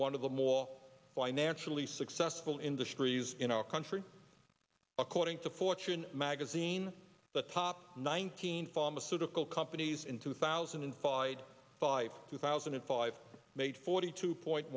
all financially successful industries in our country according to fortune magazine the top nineteen pharmaceutical companies in two thousand and five by two thousand and five made forty two point